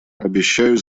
обещаю